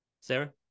Sarah